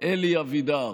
אלי אבידר: